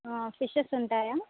fishes ఉంటాయా